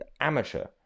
amateur